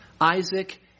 Isaac